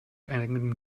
eigenem